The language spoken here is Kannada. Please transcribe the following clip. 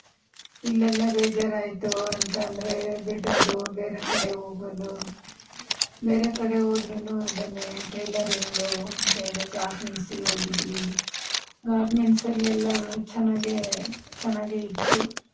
ಇಲ್ಲೆಲ್ಲ ಬೇಜಾರಾಯಿತು ಅಂತಂದರೆ ಬಿಡೋದು ಬೇರೆ ಕಡೆ ಹೋಗೋದು ಬೇರೆ ಕಡೆ ಹೋದರೂನು ಅದೇನೆ ಟೈಲರಿಂಗ್ ಅಂತೇಳಿ ಗಾರ್ಮೆಂಟ್ಸಿಗೆ ಹೋಗಿದ್ವಿ ಗಾರ್ಮೆಂಟ್ಸಲ್ಲೆಲ್ಲ ಚೆನ್ನಾಗೇ ಚೆನ್ನಾಗೇ ಇತ್ತು